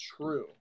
true